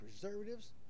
preservatives